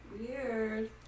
Weird